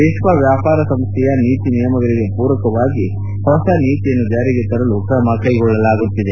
ವಿಶ್ವ ವ್ಯಾಪಾರ ಸಂಸ್ಥೆಯ ನೀತಿ ನಿಯಮಗಳಿಗೆ ಮೂರಕವಾಗಿ ಹೊಸ ನೀತಿಯನ್ನು ಜಾರಿಗೆ ತರಲು ಕ್ರಮ ಕೈಗೊಳ್ಳಲಾಗುತ್ತಿದೆ